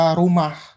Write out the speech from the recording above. rumah